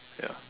ya